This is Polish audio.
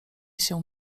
się